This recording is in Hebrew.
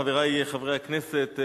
חברי חברי הכנסת,